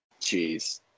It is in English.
Jeez